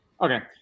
Okay